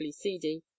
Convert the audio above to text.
seedy